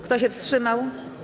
Kto się wstrzymał?